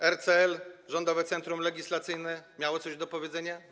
RCL, Rządowe Centrum Legislacyjne, miało coś do powiedzenia?